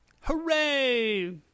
Hooray